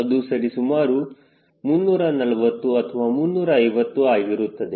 ಅದು ಸರಿಸುಮಾರು 340 ಅಥವಾ 350 ಆಗಿರುತ್ತದೆ